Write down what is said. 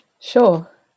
sure